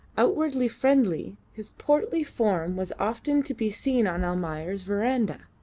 outwardly friendly, his portly form was often to be seen on almayer's verandah